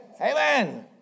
Amen